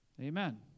Amen